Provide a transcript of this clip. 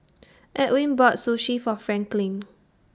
Edwin bought Sushi For Franklin